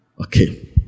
Okay